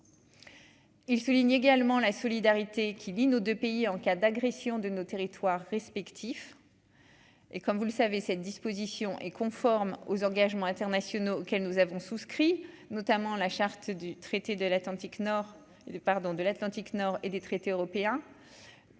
il souligne également la solidarité qui lie nos 2 pays en cas d'agression de nos territoires respectifs et comme vous le savez, cette disposition est conforme aux engagements internationaux auxquels nous avons souscrit notamment la charte du traité de l'Atlantique nord, et de pardon,